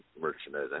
merchandise